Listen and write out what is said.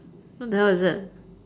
what the hell is that